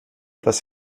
etwas